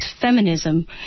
feminism